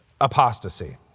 apostasy